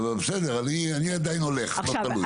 אני עדיין הולך לא תלוי.